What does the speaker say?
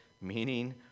Meaning